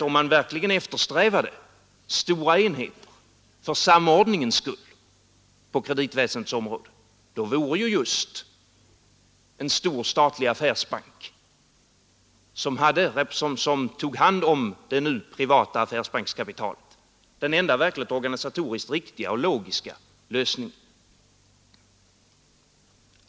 Om man verkligen eftersträvade stora enheter för samordningens skull på kreditväsendets område, då vore nämligen just en stor statlig affärsbank, som tog hand om det nu privata affärsbankskapitalet, den enda organisatoriskt riktiga och logiska lösningen.